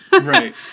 Right